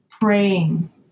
praying